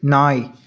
நாய்